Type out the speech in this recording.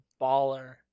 baller